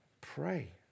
pray